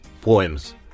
poems